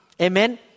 Amen